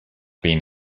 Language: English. been